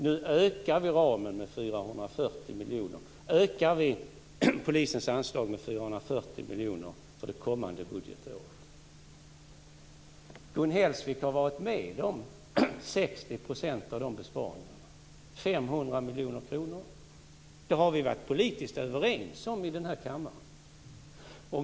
Nu ökar vi ramen för Polisens anslag med 440 miljoner för det kommande budgetåret. Gun Hellsvik har varit med om 60 %, 500 miljoner kronor, av de besparingarna. Dem har vi varit politiskt överens om i den här kammaren.